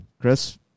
chris